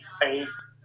face